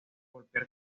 golpear